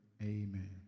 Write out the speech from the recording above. Amen